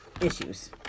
issues